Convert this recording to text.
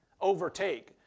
overtake